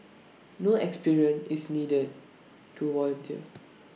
no experience is needed to volunteer